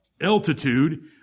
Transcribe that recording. altitude